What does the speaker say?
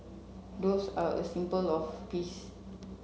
doves are a symbol of peace